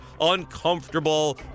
uncomfortable